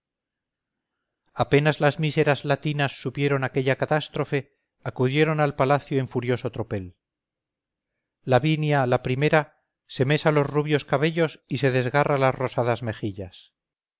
apenas las míseras latinas supieron aquella catástrofe acudieron al palacio en furioso tropel lavinia la primera se mesa los rubios cabellos y se desgarra las rosadas mejillas